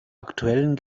aktuellen